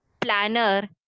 planner